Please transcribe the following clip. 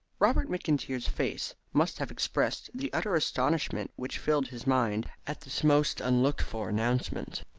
robert mcintyre's face must have expressed the utter astonishment which filled his mind at this most unlooked-for announcement.